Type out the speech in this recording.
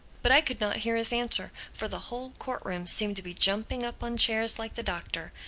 but i could not hear his answer for the whole court-room seemed to be jumping up on chairs like the doctor.